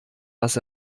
was